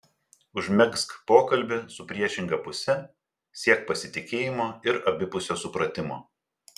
užmegzk pokalbį su priešinga puse siek pasitikėjimo ir abipusio supratimo